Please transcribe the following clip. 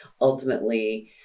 Ultimately